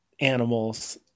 animals